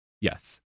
Yes